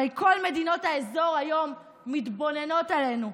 הרי כל מדינות האזור היום מתבוננות עלינו,